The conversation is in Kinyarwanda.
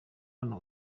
hano